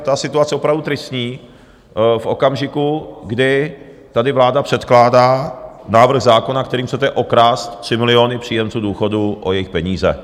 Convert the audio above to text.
Ta situace je opravdu tristní, v okamžiku, kdy tady vláda předkládá návrh zákona, kterým chcete okrást 3 miliony příjemců důchodů o jejich peníze.